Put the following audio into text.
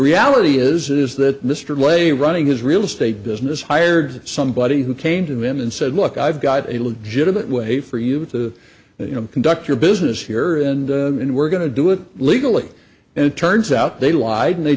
reality is is that mr lay running his real estate business hired somebody who came to him and said look i've got a legitimate way for you to conduct your business here and then we're going to do it legally and it turns out they lied and they